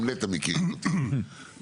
גם נת"ע מכירים אותי מעברי,